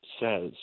says